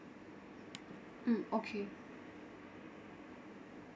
mm okay